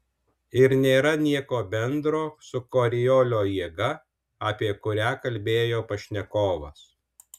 ir nėra nieko bendro su koriolio jėga apie kurią kalbėjo pašnekovas